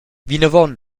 vinavon